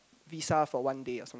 visa for one day or some